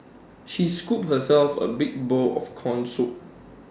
she scooped herself A big bowl of Corn Soup